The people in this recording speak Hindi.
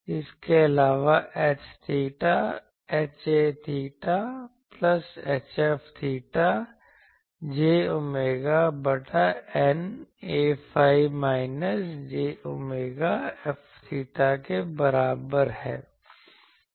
इसके अलावा H𝚹 𝚹 प्लस 𝚹 j ओमेगा बटा η Aϕ minus j omega F𝚹 के बराबर है